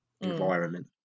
environment